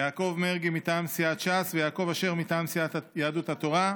יעקב מרגי מטעם סיעת ש"ס ויעקב אשר מטעם סיעת יהדות התורה.